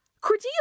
Cordelia